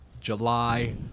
July